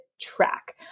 track